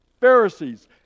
Pharisees